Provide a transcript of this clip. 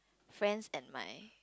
friends and my